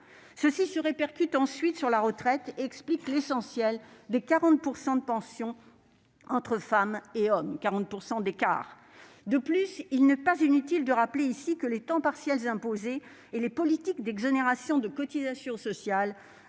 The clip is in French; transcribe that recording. écart se répercute sur la retraite et explique l'essentiel des 40 % d'écart de pension entre les hommes et les femmes. De plus, il n'est pas inutile de rappeler ici que les temps partiels imposés et les politiques d'exonération de cotisations sociales